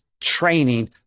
training